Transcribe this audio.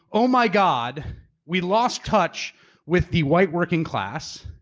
oh my god we lost touch with the white working class.